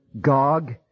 Gog